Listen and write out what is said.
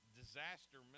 disaster